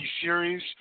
series